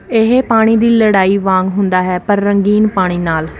ਇਹ ਪਾਣੀ ਦੀ ਲੜਾਈ ਵਾਂਗ ਹੁੰਦਾ ਹੈ ਪਰ ਰੰਗੀਨ ਪਾਣੀ ਨਾਲ